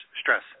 stress